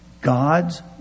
God's